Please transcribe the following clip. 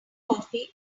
coffee